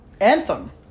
Anthem